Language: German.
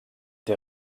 der